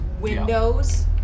Windows